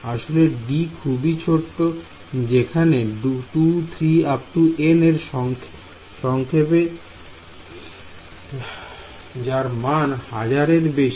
আসলে d খুবই ছোট যেমন 2 3 n এর সাপেক্ষে জার্মান 1000 এর বেশি